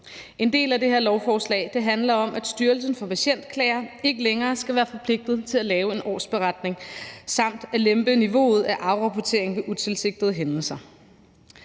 En del af det her lovforslag handler om, at Styrelsen for Patientklager ikke længere skal være forpligtet til at lave en årsberetning, samt at lempe niveauet for afrapportering ved utilsigtede hændelser.